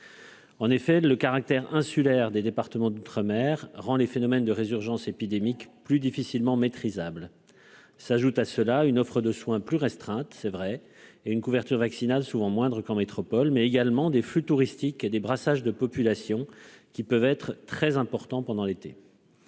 En effet, le caractère insulaire des départements d'outre-mer rend les phénomènes de résurgence épidémique plus difficilement maîtrisable, s'ajoute à cela une offre de soins plus restreinte, c'est vrai, et une couverture vaccinale souvent moindres qu'en métropole, mais également des flux touristiques et des brassages de populations qui peuvent être très importants pendant l'été.